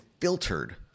filtered